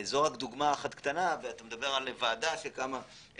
זו רק דוגמה אחת, ואתה מדבר על ועדה שקמה בנושא.